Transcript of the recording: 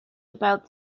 about